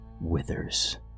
Withers